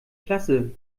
klasse